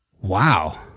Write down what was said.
Wow